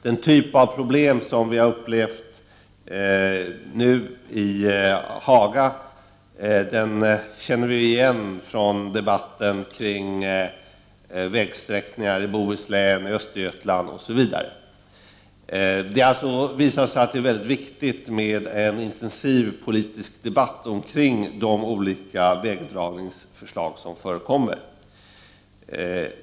Den typ av problem som vi nu har upplevt i Haga känner vi igen från debatten om olika vägsträckningar it.ex. Bohuslän och Östergötland. Det har alltså visat sig vara väldigt viktigt att det förs en intensiv politisk debatt om de olika vägdragningsförslag som finns.